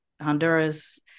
Honduras